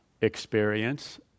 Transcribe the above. experience